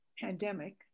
pandemic